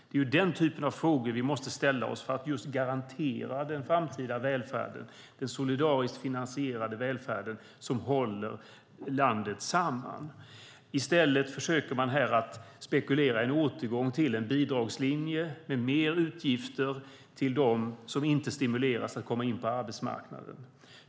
Det är den typen av frågor vi måste ställa för att garantera den framtida välfärden och den solidariskt finansierade välfärden som håller landet samman. I stället försöker man här att spekulera i en återgång till en bidragslinje med mer utgifter till dem som inte stimuleras att komma in på arbetsmarknaden.